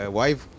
wife